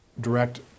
direct